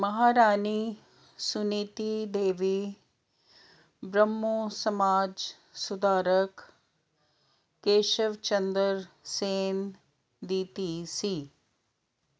ਮਹਾਰਾਣੀ ਸੁਨੀਤੀ ਦੇਵੀ ਬ੍ਰਹਮੋ ਸਮਾਜ ਸੁਧਾਰਕ ਕੇਸ਼ਵ ਚੰਦਰ ਸੇਨ ਦੀ ਧੀ ਸੀ